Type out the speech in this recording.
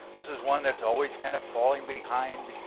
this is one that's always kind of falling behind.